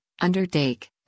undertake